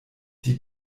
die